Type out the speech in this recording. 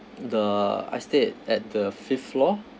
the I stayed at the fifth floor